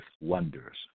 wonders